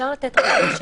אבל גלשנו גם למעצרים.